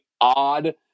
odd